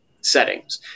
settings